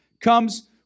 comes